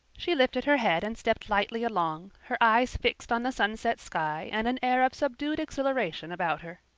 she lifted her head and stepped lightly along, her eyes fixed on the sunset sky and an air of subdued exhilaration about her.